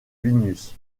vilnius